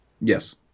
Yes